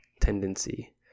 tendency